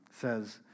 says